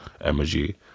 emoji